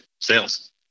sales